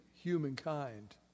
humankind